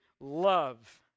love